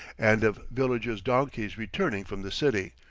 and of villagers' donkeys returning from the city.